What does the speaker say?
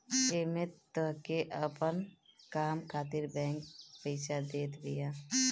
एमे तोहके अपन काम खातिर बैंक पईसा देत बिया